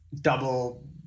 double